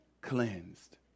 cleansed